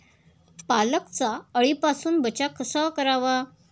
पालकचा अळीपासून बचाव कसा करावा?